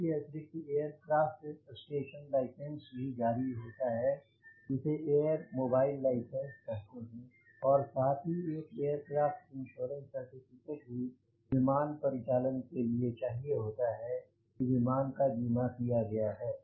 इसके अतिरिक्त aircraft station licence भी जारी होता है जिसे एयर मोबाइल लाइसेंस कहते हैं और साथ ही एक एयरक्राफ्ट इंश्योरेंस सर्टिफिकेट भी विमान परिचालन के लिए चाहिए होता है कि विमान का बीमा किया गया है